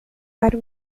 para